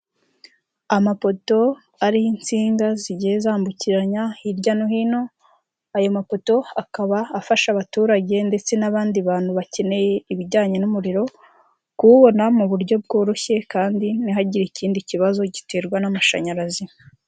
Amapoto ariho insinga zigiye zambukiranya hirya no hino, ayo mapoto akaba afasha abaturage ndetse n'abandi bantu bakeneye ibijyanye n'umuriro, kuwubona mu buryo bworoshye kandi ntihagire ikindi kibazo giterwa n'amashanyarazi.